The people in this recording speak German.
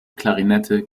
klarinette